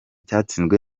cyatsinzwe